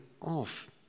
off